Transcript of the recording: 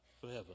forever